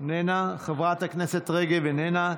איננה, חברת הכנסת רגב, איננה,